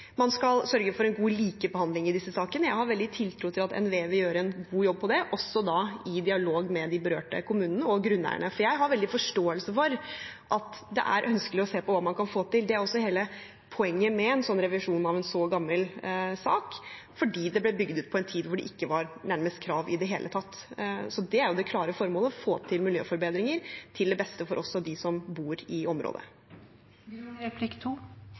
Man skal sørge for en god likebehandling i disse sakene. Jeg har veldig tiltro til at NVE vil gjøre en god jobb med det, også i dialog med de berørte kommunene og grunneierne, for jeg har veldig stor forståelse for at det er ønskelig å se på hva man kan få til. Det er også hele poenget med en revisjon av en så gammel sak, fordi dette ble bygd ut på en tid da det nærmest ikke var krav i det hele tatt. Det klare formålet er jo å få til miljøforbedringer, til beste for oss og dem som bor i området.